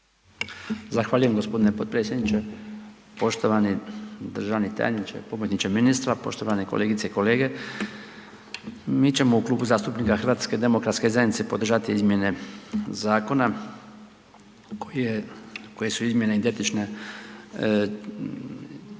Zahvaljujem g. potpredsjedniče. Poštovani državni tajniče, pomoćniče ministra, poštovane kolegice i kolege. Mi ćemo u Klubu zastupnika HDZ-a podržati izmjene zakona koje su izmjene identične prvom